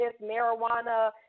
marijuana